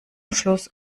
schluss